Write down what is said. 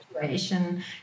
situation